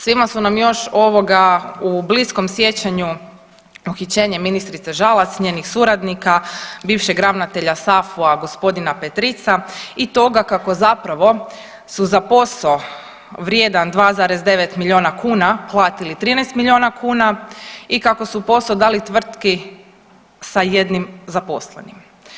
Svima su nam još ovoga u bliskom sjećanju uhićenje ministrice Žalac, njenih suradnika, bivšeg ravnatelja SAFU-a g. Petrica i toga kako zapravo su za posao vrijedan 2,9 milijuna kuna platili 13 milijuna kuna i kako su posao dali tvrtki sa jednim zaposlenim.